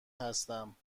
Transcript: هستم